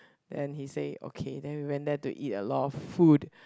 then he say okay then we went there to eat a lot of food